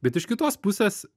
bet iš kitos pusės